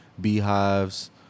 Beehives